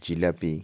jalebi